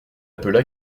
appela